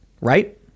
Right